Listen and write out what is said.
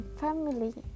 family